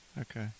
Okay